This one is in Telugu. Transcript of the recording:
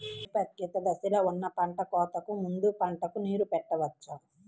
పరిపక్వత దశలో ఉన్న పంట కోతకు ముందు పంటకు నీరు పెట్టవచ్చా?